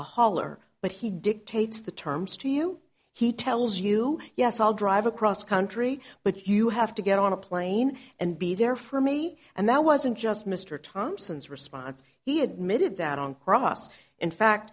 hauler but he dictates the terms to you he tells you yes i'll drive across country but you have to get on a plane and be there for me and that wasn't just mr thompson's response he admitted that on cross in fact